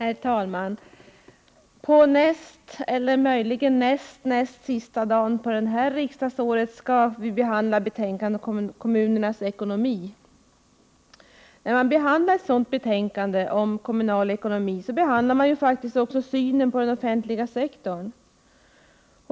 Herr talman! På detta riksmötes näst sista dag — eller möjligen nästnäst sista dag — har vi att ta ställning till finansutskottets betänkande om den kommunala ekonomin. Men ett betänkande som handlar om kommunal ekonomi inkluderar faktiskt också synen på den offentliga sektorn.